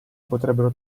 potrebbero